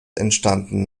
entstanden